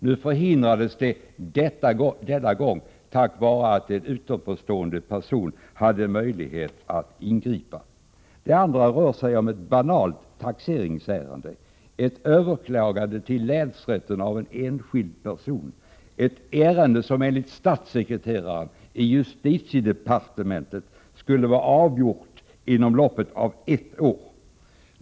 Nu förhindrades detta den här gången tack vare att en utomstående person hade möjlighet att ingripa. Det andra exemplet rör sig om ett banalt taxeringsärende, ett överklagande till länsrätten av en enskild person, ett ärende som enligt statssekreteraren i justitiedepartementet skulle vara avgjort inom loppet av ett år.